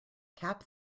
cap